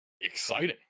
exciting